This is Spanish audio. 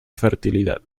fertilidad